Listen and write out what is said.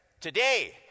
today